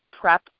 prep